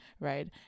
right